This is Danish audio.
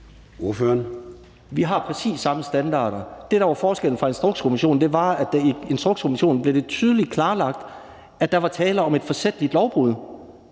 Vi har præcis samme standarder. Det, der var forskellen fra Instrukskommissionen, var, at i Instrukskommissionen blev det tydeligt klarlagt, at der var tale om et forsætligt lovbrud.